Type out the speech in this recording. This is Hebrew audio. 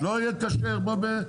לא יהיה כשר פה?